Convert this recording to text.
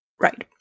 Right